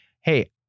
Hey